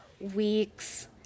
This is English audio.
weeks